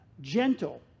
gentle